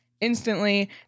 instantly